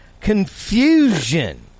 confusion